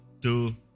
two